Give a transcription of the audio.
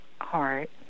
heart